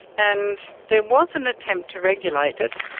and there was an attempt to regulate it,